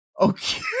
Okay